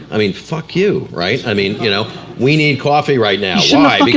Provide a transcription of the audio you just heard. i mean, fuck you, right. i mean, you know we need coffee right now. why?